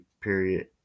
period